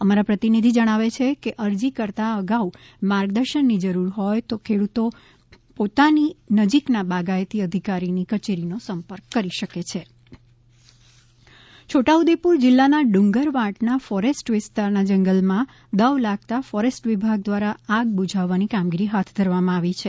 અમારા પ્રતિનિધિ જણાવે છે કે અરજી કરતાં અગાઉ માર્ગદર્શન ની જરૂર હોય તો ખેડૂતો પોતાની નજીક ના બાગાયતી અધિકારીની કચેરીનો સંપર્ક કરી શકે છે છોટા ઉદેપુર છોટા ઉદેપુર જિલ્લાના ડુંગરવાંટના ફોરેસ્ટ વિસ્તારના જંગલમાં દવ લાગતાં ફોરેસ્ટ વિભાગ દ્વારા આગ બુઝાવવાની કામગીરી હાથ ધરવામાં આવી છે